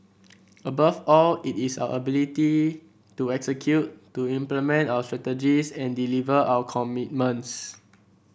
above all it is our ability to execute to implement our strategies and deliver our commitments